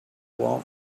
want